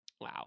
Wow